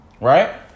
Right